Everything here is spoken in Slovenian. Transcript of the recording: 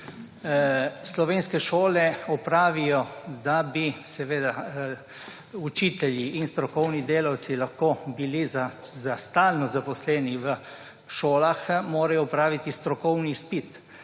Slovenske šole, da bi seveda učitelji in strokovni delavci lahko bili za stalno zaposleni v šolah, morajo opraviti strokovni izpit,